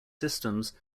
systems